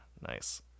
Nice